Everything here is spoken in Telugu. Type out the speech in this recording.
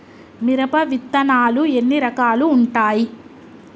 మిరప విత్తనాలు ఎన్ని రకాలు ఉంటాయి?